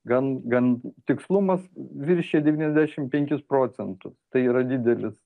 gan gan tikslumas viršija devyniasdešim penkis procentus tai yra didelis